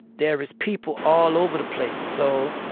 there is people all over the place. so